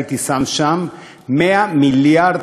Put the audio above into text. הייתי שם 100 מיליארד,